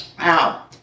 Wow